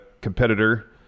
competitor